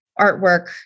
artwork